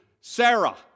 Sarah